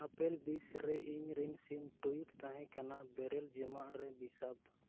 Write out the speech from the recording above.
apple ᱵᱤᱥᱨᱮ ᱤᱧ ᱨᱮᱱ ᱥᱤᱢ ᱴᱩᱭᱤᱴ ᱛᱟᱦᱮᱸ ᱠᱟᱱᱟ ᱵᱮᱨᱮᱞ ᱡᱚᱢᱟᱜ ᱨᱮ ᱵᱤᱥᱟᱹᱵ